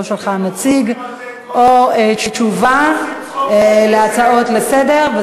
לא שלחה נציג או תשובה להצעות לסדר-היום,